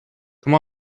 come